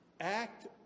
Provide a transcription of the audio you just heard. Act